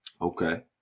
Okay